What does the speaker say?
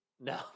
no